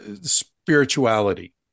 spirituality